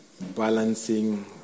balancing